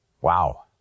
Wow